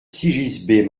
sigisbées